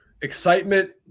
excitement